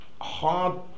Hard